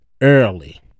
early